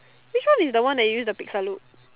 which one is the one that you use the pizza look